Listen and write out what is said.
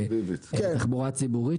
כפרופסור למדיניות ציבורית,